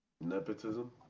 Nepotism